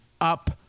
up